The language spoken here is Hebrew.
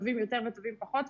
טובים יותר או טובים פחות,